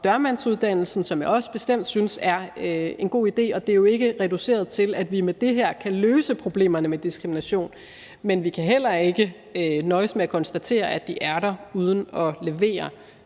dørmandsuddannelsen, hvilket jeg også bestemt synes er en god idé, og det er jo ikke reduceret til, at vi med det her kan løse problemerne med diskrimination. Men vi kan heller ikke nøjes med at konstatere, at de er der, uden at levere